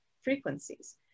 frequencies